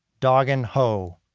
dagen ho.